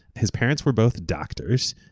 his parents were both doctors,